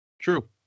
True